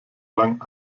lang